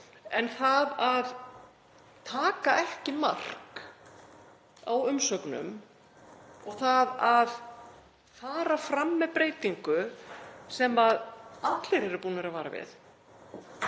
en það að taka ekki mark á umsögnum og það að fara fram með breytingu sem allir eru búnir að vara við,